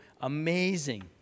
Amazing